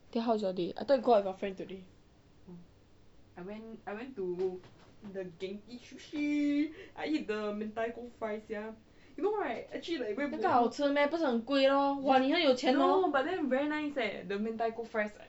then how is your day I thought you go with your friend today 那个好吃 meh 不是很贵 lor !wah! 你很有钱 hor